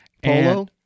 polo